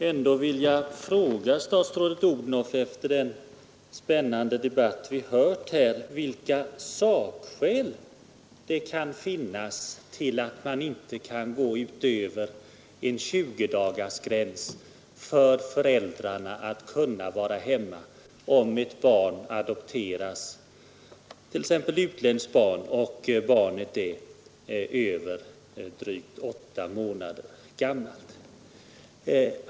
Herr talman! Jag skulle ändå vilja fråga statsrådet Odhnoff, efter den spännande debatt vi hört här, vilka sakskäl det kan finnas till att man inte kan gå utöver en tjugodagarsgräns när det gäller den tid som föräldrarna kan få vara hemma om ett adopterat barn, svenskt eller utländskt, är mer än 8 månader gammalt vid sin ankomst till familjen.